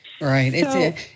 Right